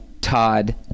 Todd